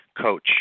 coach